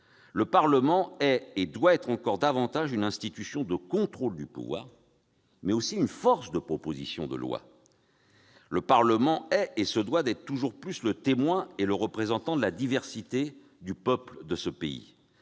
Le Parlement est et doit être encore davantage une institution de contrôle du pouvoir, mais aussi une force de proposition de lois. Le Parlement est et se doit d'être toujours plus le témoin et le représentant de la diversité du peuple de notre pays.